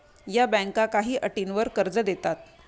या बँका काही अटींवर कर्ज देतात